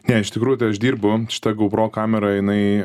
ne iš tikrųjų tai aš dirbu šita gou pro kamera jinai